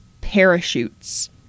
parachutes